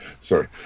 sorry